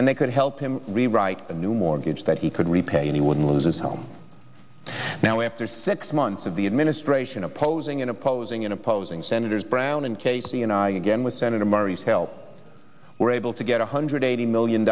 and they could help him rewrite the new mortgage that he could repay and he would lose his home now after six months of the administration opposing in opposing in opposing senators brown and casey and i again with senator murray's help were able to get one hundred eighty million